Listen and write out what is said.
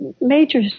major